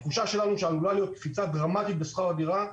התחושה שלנו היא שעלולה להיות קפיצה דרמטית בשכר הדירה.